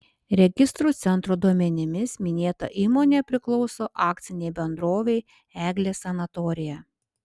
registrų centro duomenimis minėta įmonė priklauso akcinei bendrovei eglės sanatorija